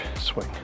swing